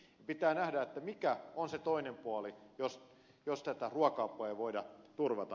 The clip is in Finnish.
pitää nähdä mikä on se toinen puoli jos tätä ruoka apua ei voida turvata